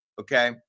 okay